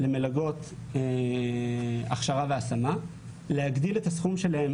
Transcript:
למלגות הכשרה והשמה ולהגדיל את הסכום שלהן,